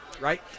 right